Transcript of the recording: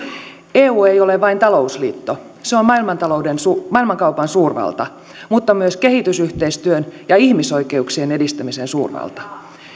eu ei ole vain talousliitto se on maailmankaupan suurvalta mutta myös kehitysyhteistyön ja ihmisoikeuksien edistämisen suurvalta